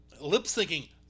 Lip-syncing